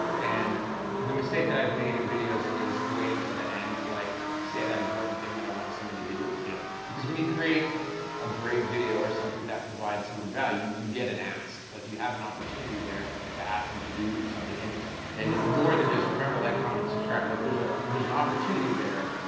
and the mistake that i've made in videos is waiting to the end to like say that important thing that i want someone to do. yeah. because when you create a great video or something that provides someone value, you get an ask. like you have an opportunity there to ask them to do something. and and more than just, remember to like, comment, and subscribe. like there's ah there's an opportunity there,